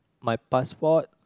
my passport